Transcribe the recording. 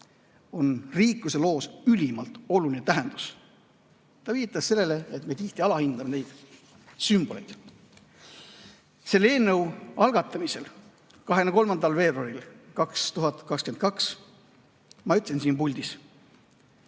on riikluse loos ülimalt oluline tähendus. Ta viitas sellele, et me tihti alahindame sümboleid. Selle eelnõu algatamisel 23. veebruaril 2022 ma ütlesin siin puldis,